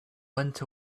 went